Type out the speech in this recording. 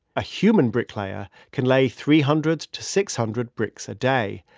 a human bricklayer can lay three hundred to six hundred bricks a day.